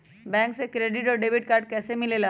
Bank से credit और debit card कैसी मिलेला?